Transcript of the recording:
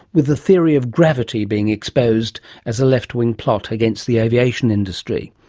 with the theory of gravity being exposed as a left-wing plot against the aviation industry.